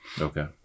okay